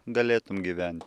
galėtum gyvent